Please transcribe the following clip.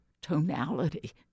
tonality